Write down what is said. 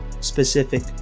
specific